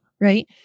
Right